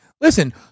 Listen